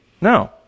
No